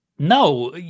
No